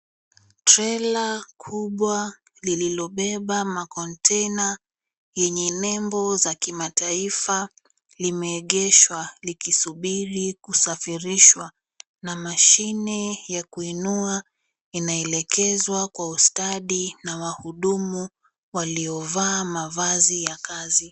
Trela kubwa lilobeba ma container yenye nembo za kimataifa limeegeshwa likisubiri kusafirishwa na mashine ya kuinua inaelekezwa kwa ustadi na wahudumu waliovaa mavazi ya kazi.